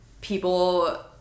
people